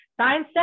science